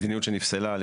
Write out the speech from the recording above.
מדיניות שנפסלה,